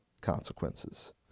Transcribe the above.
consequences